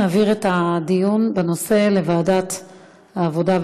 נעביר את הדיון בנושא לוועדת העבודה,